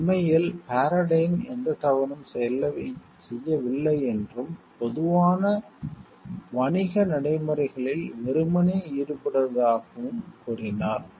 உண்மையில் பாரடைன் எந்தத் தவறும் செய்யவில்லை என்றும் பொதுவான வணிக நடைமுறைகளில் வெறுமனே ஈடுபடுவதாகவும் கூறினார்